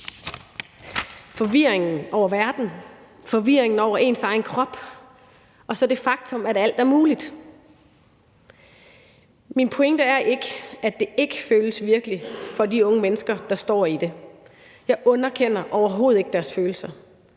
forvirringen over verden, forvirringen over ens egen krop – og så det faktum, at alt er muligt. Min pointe er ikke, at det ikke føles virkeligt for de unge mennesker, der står i det. Jeg underkender overhovedet ikke deres følelser,